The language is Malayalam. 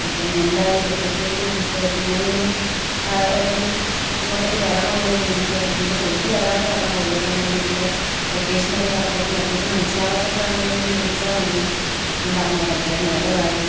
ഇപ്പം എന്തായി എപ്പോഴത്തേക്ക് കിട്ട്വാരിയ്ക്കും ഞാനിനി ഏതെങ്കിലും എങ്ങോട്ടെങ്കിലും വരണോ അത് വേടിക്കാൻ നിങ്ങൾ കൊണ്ട്വരാംന്ന് പറഞ്ഞതാണ് ഇതുവരെ നമ്മുടെ വീടിൻ്റെ ലൊക്കേഷനക്കെ കറക്റ്റായിട്ട് ലൊക്കേഷൻ മനസ്സിലാകാത്തോണ്ടാണെങ്കിൽ എന്നെ ഒന്ന് വിളിച്ചാൽ മതി ഞാൻ പറഞ്ഞ് തരാം എത്ര നേരവായി